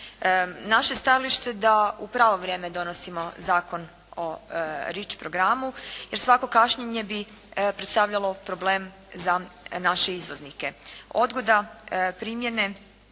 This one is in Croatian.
Naše stajalište da u pravo vrijeme donosimo Zakon o REACH programu, jer svako kašnjenje bi predstavljalo problem za naše izvoznike. Odgoda primjene